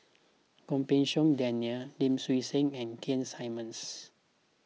Goh Pei Siong Daniel Lim Swee Say and Keith Simmons